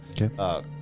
Okay